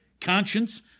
conscience